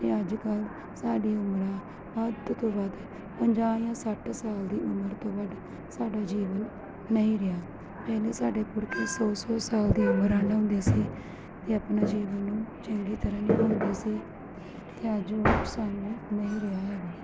ਅੱਜ ਕੱਲ ਸਾਡੀ ਉਮਰਾਂ ਅੱਧ ਤੋਂ ਵੱਧ ਪੰਜਾਹ ਯਾ ਸੱਠ ਸਾਲ ਦੀ ਉਮਰ ਕਦੋਂ ਸਾਡਾ ਜੀਵਨ ਨਹੀਂ ਰਿਹਾ ਇਹਨੇ ਸਾਡੇ ਸੋ ਸੋ ਸਾਲ ਦੀ ਉਮਰ ਆਲਾ ਹੁੰਦੇ ਸੀ ਤੇ ਆਪਣੇ ਜੀਵਨ ਨੂੰ ਚੰਗੀ ਤਰਾਂ ਹੋ ਗਈ ਸੀ ਤੇ ਅੱਜ ਸਾਨੂੰ ਨਹੀਂ ਰਿਹਾ